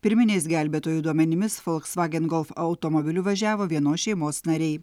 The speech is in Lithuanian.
pirminiais gelbėtojų duomenimis volkswagen golf automobiliu važiavo vienos šeimos nariai